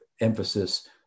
emphasis